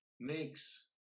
mix